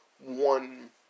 one